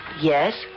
Yes